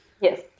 Yes